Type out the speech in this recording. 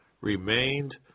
remained